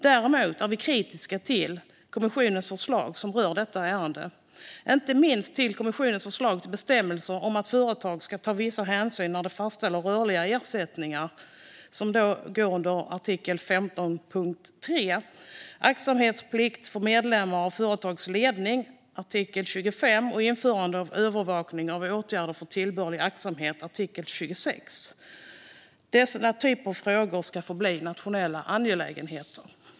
Däremot är vi kritiska till kommissionens förslag som rör detta ärende, inte minst förslagen till bestämmelser om att företag ska ta vissa hänsyn när de fastställer rörliga ersättningar under artikel 15.3, aktsamhetsplikt för medlemmar av företags ledning, artikel 25, och införande av övervakning av åtgärder för tillbörlig aktsamhet, artikel 26. Dessa typer av frågor ska förbli nationella angelägenheter.